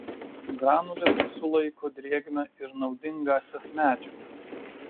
granulės sulaiko drėgmę ir naudingąsias medžiagas